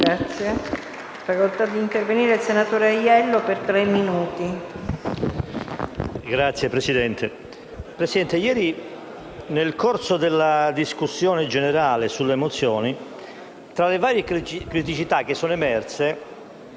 Presidente, ieri, nel corso della discussione generale sulle mozioni, tra le varie criticità che sono emerse